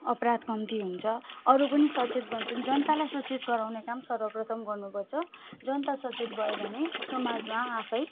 अपराध कम्ती हुन्छ अरू पनि सचेत बन्छन् जनतालाई सचेत गराउने काम सर्वप्रथम गर्नुपर्छ जनता सचेत भयो भने समाजमा आफै